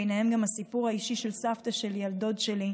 וביניהם גם הסיפור האישי של סבתא שלי על דוד שלי,